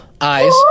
eyes